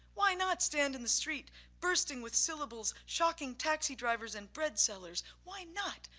why not stand in the street bursting with syllables shocking taxi drivers and bread sellers, why not,